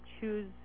choose